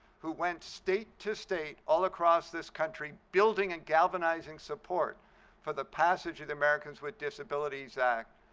who went state to state all across this country building and galvanizing support for the passage of the americans with disabilities act.